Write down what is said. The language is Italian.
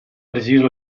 precisa